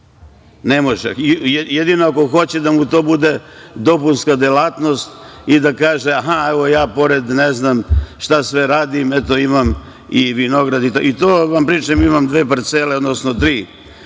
pare, jedino ako hoće da mu to bude dopunska delatnost i da kaže, aha, evo, ja, pored, ne znam šta sve radim, eto imam i vinograde itd.I to vam pričam, imam dve parcele, odnosno tri,